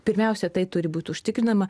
pirmiausia tai turi būt užtikrinama